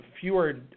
fewer